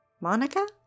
Monica